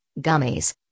gummies